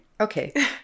Okay